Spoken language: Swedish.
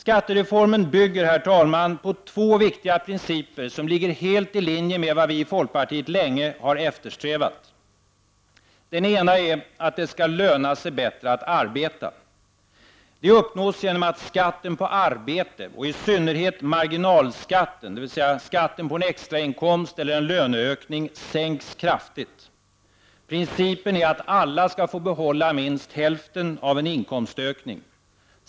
Skattereformen bygger på två viktiga principer som ligger helt i linje med vad vi i folkpartiet länge har eftersträvat. Den ena är att det skall löna sig bättre att arbeta. Det uppnås genom att skatten på arbete och i synnerhet marginalskatten, dvs. skatten på en extra inkomst eller på en löneökning, sänks kraftigt. Principen är att alla skall få behålla minst hälften av en inkomstökning.